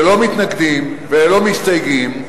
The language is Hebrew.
ללא מתנגדים וללא מסתייגים,